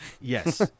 Yes